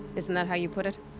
isn't that how you put it?